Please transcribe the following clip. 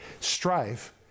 Strife